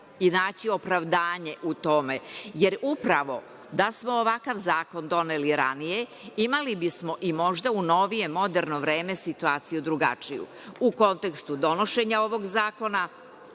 naći opravdanje u tome. Upravo da smo ovakav zakon doneli ranije imali bismo i možda u novije moderno vreme situaciju drugačiju.U kontekstu donošenja ovog zakona